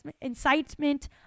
incitement